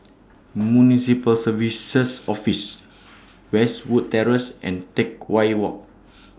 Municipal Services Office Westwood Terrace and Teck Whye Walk